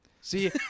See